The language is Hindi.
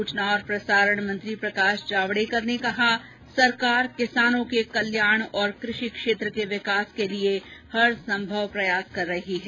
सूचना और प्रसारण मंत्री प्रकाश जावड़ेकर ने कहा सरकार किसानों के कल्याण और कृषि क्षेत्र के विकास के लिए हर संभव प्रयास कर रही है